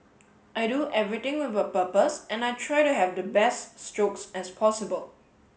I do everything with a purpose and I try to have the best strokes as possible